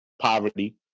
poverty